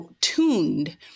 tuned